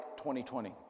2020